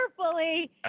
carefully